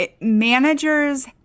managers